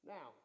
Now